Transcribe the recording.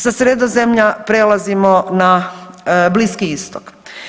Sa Sredozemlja prelazimo na Bliski Istok.